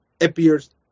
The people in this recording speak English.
appears